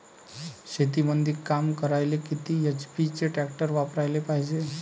शेतीमंदी काम करायले किती एच.पी चे ट्रॅक्टर वापरायले पायजे?